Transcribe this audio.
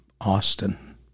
Austin